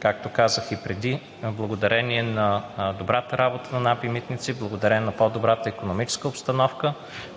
както казах и преди, благодарение на добрата работа на НАП и Агенция „Митници“, благодарение на по-добрата икономическа обстановка,